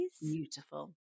Beautiful